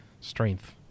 strength